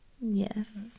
yes